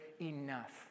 enough